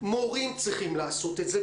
מורים צריכים לעשות את זה.